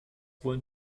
wollen